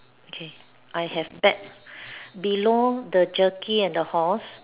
okay I have tap below the jerky and the horse